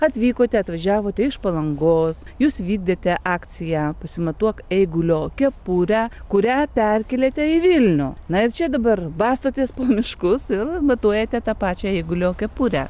atvykote atvažiavote iš palangos jūs vykdėte akciją pasimatuok eigulio kepurę kurią perkėlėte į vilnių na ir čia dabar bastotės po miškus ir matuojate tą pačią eigulio kepurę